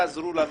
תעזרו לנו.